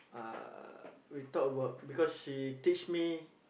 uh we talk about because she teach me